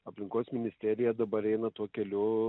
aplinkos ministerija dabar eina tuo keliu